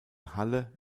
halle